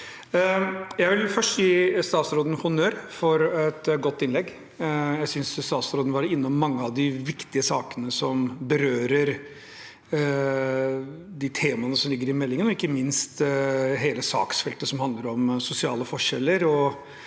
Jeg vil først gi statsråden honnør for et godt innlegg. Jeg synes statsråden var innom mange av de viktige sakene som berører de temaene som ligger i meldingen, ikke minst hele saksfeltet som handler om sosiale forskjeller